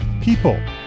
people